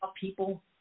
people